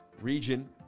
region